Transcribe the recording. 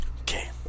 Okay